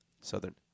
Southern